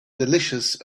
delicious